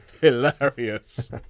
hilarious